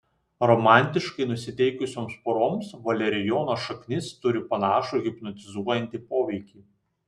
romantiškai nusiteikusioms poroms valerijono šaknis turi panašų hipnotizuojantį poveikį